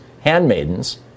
handmaidens